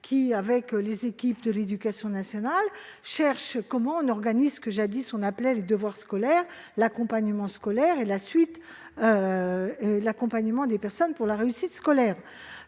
avec les équipes de l'éducation nationale, d'organiser ce que jadis on appelait les devoirs scolaires, l'accompagnement scolaire ou l'accompagnement des personnes pour la réussite scolaire.